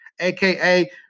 AKA